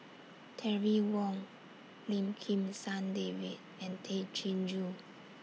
Terry Wong Lim Kim San David and Tay Chin Joo